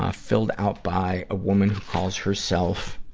ah filled out by a woman who calls herself,